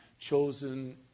chosen